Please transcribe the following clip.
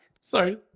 Sorry